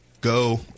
go